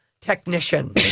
technician